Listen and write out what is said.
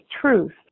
truth